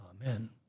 Amen